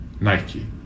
Nike